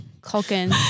Culkin